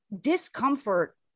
discomfort